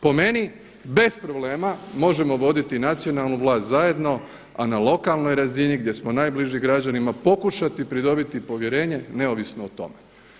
Po meni bez problema možemo voditi nacionalnu vlast zajedno, a na lokalnoj razini gdje smo najbliži građanima pokušati pridobiti povjerenje neovisno o tome.